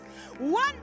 One